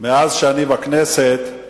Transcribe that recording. מאז שאני בכנסת אני